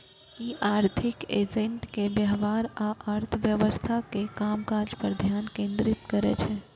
ई आर्थिक एजेंट के व्यवहार आ अर्थव्यवस्था के कामकाज पर ध्यान केंद्रित करै छै